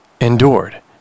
endured